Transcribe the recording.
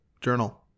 Journal